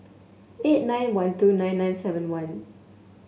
eight nine one two nine nine seven one